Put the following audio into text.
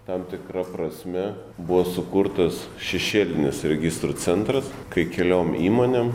tam tikra prasme buvo sukurtas šešėlinis registrų centras kai keliom įmonėm